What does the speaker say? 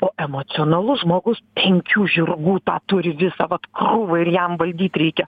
o emocionalus žmogus penkių žirgų tą turi visą vat krūvą ir jam valdyt reikia